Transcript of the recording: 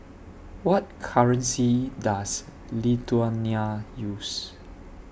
What currency Does Lithuania use